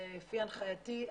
לפי הנחייתי,